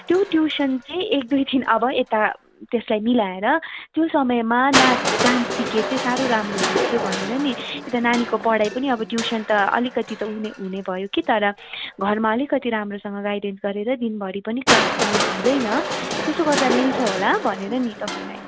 त्यो ट्युसन चाहिँ एक दुई दिन यता अब त्यसलाई मिलाएर त्यो समयमा नाच डान्स सिके चाहिँ साह्रो राम्रो हुने थियो भनेर नि यता नानीको पढाइ पनि ट्युसन त अलिकति त हुने हुने भयो कि तर घरमा अलिकति राम्रोसँग गाइडेन्स गरेर दिनभरि पनि क्लास त मिस हुँदैन त्यसो गर्दा मिल्छ होला भनेर नि तपाईँलाई